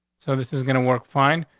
so this is gonna work. fine.